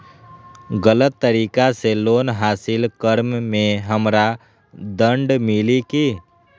गलत तरीका से लोन हासिल कर्म मे हमरा दंड मिली कि?